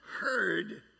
heard